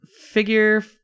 figure